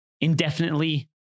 indefinitely